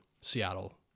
Seattle